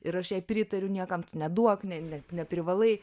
ir aš jai pritariu niekam tu neduok ne ne neprivalai